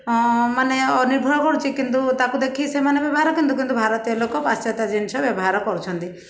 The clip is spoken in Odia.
ଅ ମାନେ ଅ ନିର୍ଭର କରୁଛି କିନ୍ତୁ ତାକୁ ଦେଖି ସେମାନେ ବ୍ୟବହାର କିନ୍ତୁ କିନ୍ତୁ ଭାରତୀୟ ଲୋକ ପାଶ୍ଚାତ୍ୟ ଜିନିଷ ବ୍ୟବହାର କରୁଛନ୍ତି